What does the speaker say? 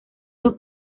dos